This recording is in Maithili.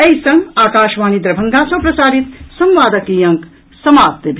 एहि संग आकाशवाणी दरभंगा सँ प्रसारित संवादक ई अंक समाप्त भेल